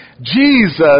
Jesus